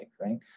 right